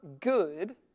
good